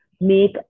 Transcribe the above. make